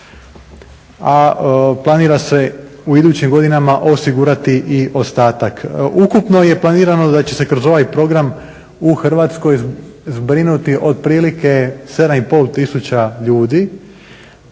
a planira se u idućim godinama osigurati i ostatak. Ukupno je planirano da će se kroz ovaj program u Hrvatskoj zbrinuti otprilike 7,5 tisuća